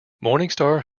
morningstar